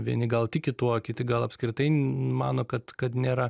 vieni gal tiki tuo kiti gal apskritai mano kad kad nėra